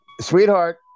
sweetheart